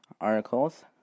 articles